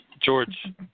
George